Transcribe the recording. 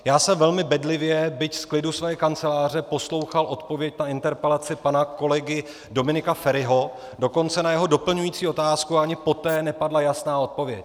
Já jsem velmi bedlivě, byť z klidu své kanceláře, poslouchal odpověď na interpelaci pana kolegy Dominika Feriho, dokonce na jeho doplňující otázku, a ani poté nepadla jasná odpověď.